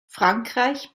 frankreich